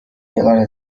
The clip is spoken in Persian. کنار